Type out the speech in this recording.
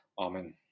Amen